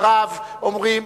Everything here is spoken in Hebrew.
הרב אומרים,